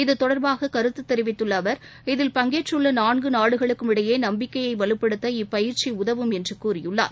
இதுதொடர்பாக கருத்து தெரிவித்துள்ள அவர் இதில் பங்கேற்றுள்ள நான்கு நாடுகளுக்கும் இடையே நம்பிக்கையை வலுப்படுத்த இப்பயிற்சி உதவும் என்று கூறியுள்ளார்